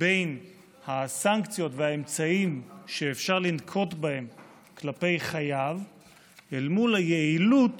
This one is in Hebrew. בין הסנקציות והאמצעים שאפשר לנקוט כלפי חייב אל מול היעילות